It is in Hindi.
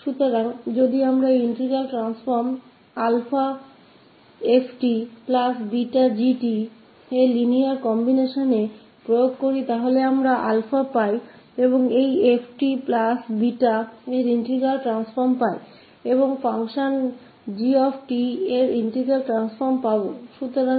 तो अगर हम यह इंटीग्रल ट्रांफॉर्म लागू इस अभिन्न लिनियेरिटी कॉन्बिनेशन α𝑓 𝑡 β𝑔 𝑡 मैं लगाएं तो हमें α integral transform of 𝑓𝑡 plus β integral transform of 𝑔𝑡 मिल जाएगा